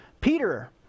Peter